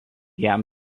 jam